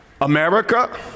America